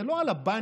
זה לא על הבנקים,